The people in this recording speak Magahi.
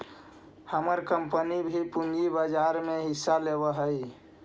हमर कंपनी भी पूंजी बाजार में हिस्सा लेवअ हई